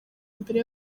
mbere